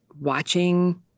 watching